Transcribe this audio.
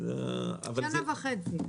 שנה וחצי.